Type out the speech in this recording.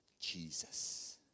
Jesus